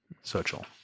Social